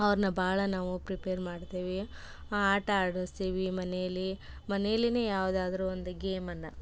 ಅವ್ರನ್ನ ಭಾಳ ನಾವು ಪ್ರಿಪೇರ್ ಮಾಡ್ತೇವೆ ಆಟ ಆಡಸ್ತೇವೆ ಮನೆಯಲ್ಲಿ ಮನೇಲಿಯೇ ಯಾವುದಾದ್ರು ಒಂದು ಗೇಮನ್ನು